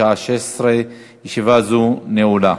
בשעה 16:00. ישיבה זו נעולה.